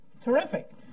Terrific